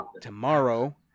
Tomorrow